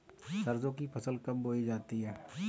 सरसों की फसल कब बोई जाती है?